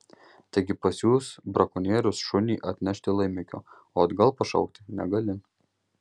taigi pasiųs brakonierius šunį atnešti laimikio o atgal pašaukti negali